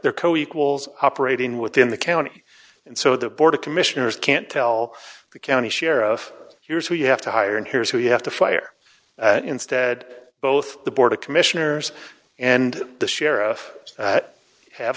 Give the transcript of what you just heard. they're co equals operating within the county and so the board of commissioners can't tell the county sheriff here's what you have to hire and here's who you have to fire instead both the board of commissioners and the sheriff have